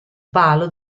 palo